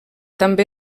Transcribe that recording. també